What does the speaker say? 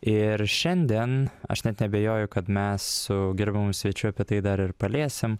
ir šiandien aš net neabejoju kad mes su gerbiamu svečiu apie tai dar ir paliesim